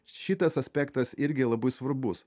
šitas aspektas irgi labai svarbus